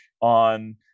on